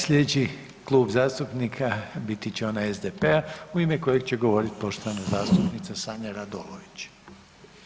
Slijedeći Klub zastupnika biti će onaj SDP-a u ime kojeg će govoriti poštovana zastupnica Sanja Radolović.